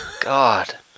God